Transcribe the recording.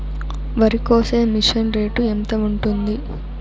వరికోసే machine rate ఎంత ఉంటుంది?